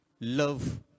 love